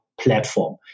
platform